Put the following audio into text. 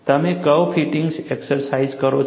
તમે curve fitting exercise કરો છો